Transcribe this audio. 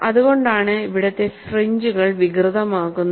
അതുകൊണ്ടാണ് ഇവിടുത്തെ ഫ്രിഞ്ചുകൾ വികൃതമാക്കുന്നത്